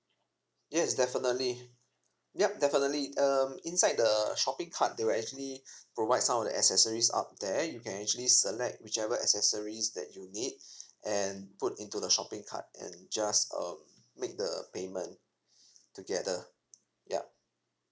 yes definitely ya definitely um inside the shopping cart they will actually provide some of the accessories up there you can actually select whichever accessories that you need and put into the shopping cart and just um make the payment together ya